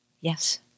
Yes